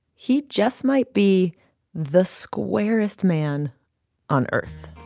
he just might be the squarest man on earth